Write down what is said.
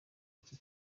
iki